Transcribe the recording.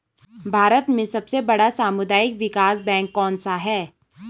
भारत में सबसे बड़ा सामुदायिक विकास बैंक कौनसा है?